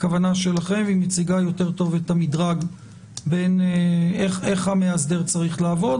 הכוונה שלכם ומציגה טוב יותר את המדרג איך המאסדר צריך לעבוד.